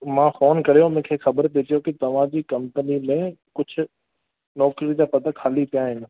मां फोन करियो मूंखे ख़बर पइजी वियो कि तव्हां जी कंपनी लाइ कुझु वर्किंग जा पद खाली पिया आहिनि